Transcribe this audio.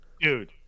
dude